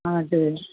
हजुर